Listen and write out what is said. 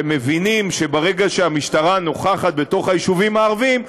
ומבינים שברגע שהמשטרה נוכחת בתוך היישובים הערביים,